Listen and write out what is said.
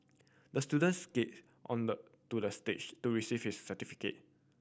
the student skated on the to the stage to receive his certificate